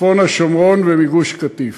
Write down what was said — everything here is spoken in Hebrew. מצפון השומרון ומגוש-קטיף,